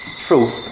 truth